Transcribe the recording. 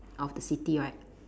of the city right